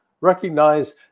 recognize